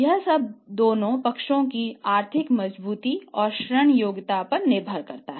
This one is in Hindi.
यह सब दोनों पक्षों की आर्थिक मजबूती और ऋण योग्यता पर निर्भर करता है